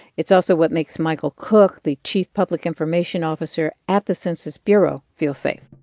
it's also what makes michael cook, the chief public information officer at the census bureau, feel safe